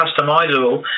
customizable